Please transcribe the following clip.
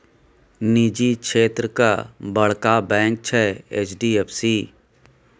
निजी क्षेत्रक बड़का बैंक छै एच.डी.एफ.सी